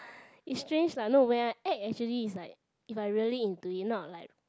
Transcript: is strange lah no when I act actually is like if I really into it not like